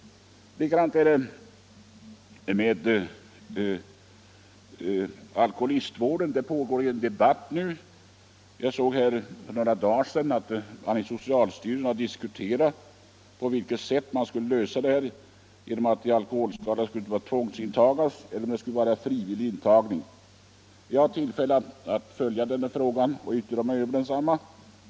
På samma sätt är det med alkoholistvården, om vilken det just nu pågår en debatt. Jag läste för några dagar sedan att socialstyrelsen har diskuterat på vilket sätt man skulle lösa frågan om frivillig intagning eller tvångsintagning av alkoholskadade. Jag har haft tillfälle att följa och yttra mig över den frågan.